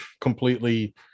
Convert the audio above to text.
completely